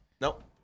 Nope